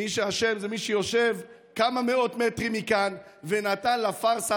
מי שאשם זה מי שיושב כמה מאות מטרים מכאן ונתן לפארסה